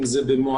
אם זה במועדונים,